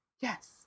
Yes